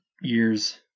years